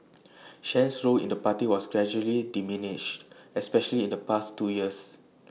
Chen's role in the party was gradually diminished especially in the past two years